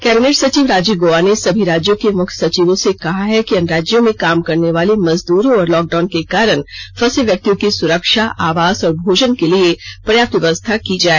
cabinet सचिव राजीव गॉबा ने सभी राज्यों के मुख्य सचिवों से कहा है कि अन्य राज्यों में काम करने वाले मजदूरों और लॉकडाउन के कारण फंसे व्यक्तियों की सुरक्षा आवास और भोजन के लिए पर्याप्त व्यवस्था की जाए